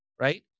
right